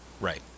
right